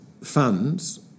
funds